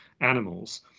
animals